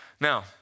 Now